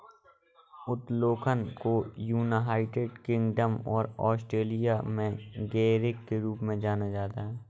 उत्तोलन को United Kingdom और ऑस्ट्रेलिया में गियरिंग के रूप में जाना जाता है